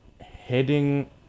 heading